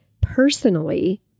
personally